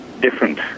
different